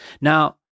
Now